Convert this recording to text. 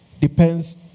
depends